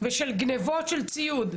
ושל גניבות של ציוד,